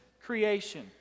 creation